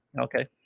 Okay